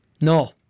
No